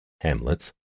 Hamlet's